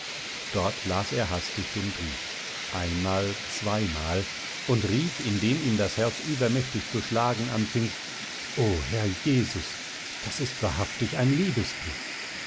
dort las er hastig den brief einmal zweimal und rief indem ihm das herz übermächtig zu schlagen anfing o herr jesus das ist wahrhaftig ein